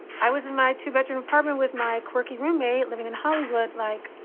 i was in my two-bedroom apartment with my quirky roommate living in hollywood, like,